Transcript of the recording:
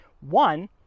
one